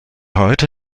heute